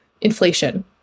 inflation